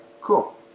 Cool